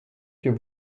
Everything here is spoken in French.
que